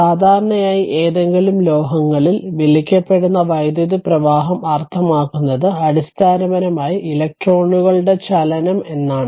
സാധാരണയായി ഏതെങ്കിലും ലോഹങ്ങളിൽ വിളിക്കപ്പെടുന്ന വൈദ്യുത പ്രവാഹം അർത്ഥമാക്കുന്നത് അടിസ്ഥാനപരമായി ഇലക്ട്രോണുകളുടെ ചലനം എന്നാണ്